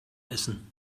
essen